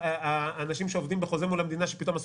כל האנשים שעובדים בחוזה מול המדינה שפתאום אסור